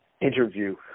interview